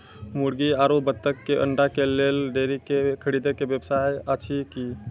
मुर्गी आरु बत्तक के अंडा के लेल डेयरी के खरीदे के व्यवस्था अछि कि?